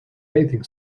bathing